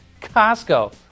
Costco